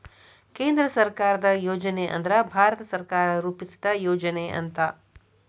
ಕೇಂದ್ರ ಸರ್ಕಾರದ್ ಯೋಜನೆ ಅಂದ್ರ ಭಾರತ ಸರ್ಕಾರ ರೂಪಿಸಿದ್ ಯೋಜನೆ ಅಂತ